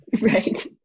Right